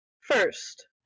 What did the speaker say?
first